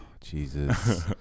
Jesus